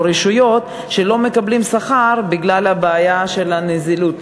רשויות שלא מקבלים שכר בגלל הבעיה של הנזילות.